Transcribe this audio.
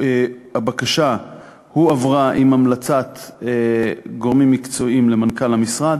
הבקשה הועברה עם המלצת גורמים מקצועיים למנכ"ל המשרד,